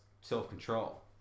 self-control